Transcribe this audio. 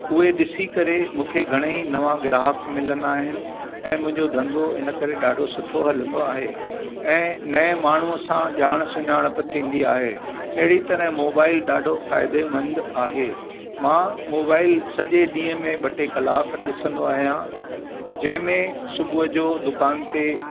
उहे ॾिसी करे मूंखे घणेई नवां ग्राहक मिलंदा आहिनि ऐं मुंहिंजो धंधो इनकरे ॾाढो सुठो हलंदो आहे ऐं नएं माण्हूअ सां ॼाण सुञाणप थींदी आहे अहिड़ी तरह मोबाइल ॾाढो फ़ाइदेमंद आहे मां मोबाइल सॼे ॾींहं में ॿ टे कलाक ॾिसंदो आहियां जंहिं में सुबुह जो दुकान ते